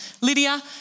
Lydia